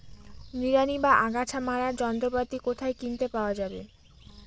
নিড়ানি বা আগাছা মারার যন্ত্রপাতি কোথায় কিনতে পাওয়া যাবে?